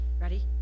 Ready